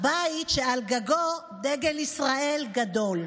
הבית שעל גגו דגל ישראל גדול.